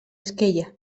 esquella